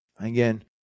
Again